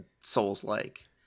Souls-like